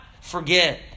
forget